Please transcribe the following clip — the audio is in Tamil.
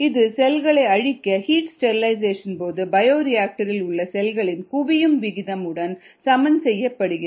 இது செல்களை அழிக்க ஹீட் ஸ்டெரிலைசேஷன் பொழுது பயோரியாக்டரில் உள்ள செல்களின் குவியும் விகிதம் உடன் சமன் செய்யப்படுகிறது